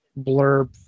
blurb